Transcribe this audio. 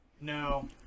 no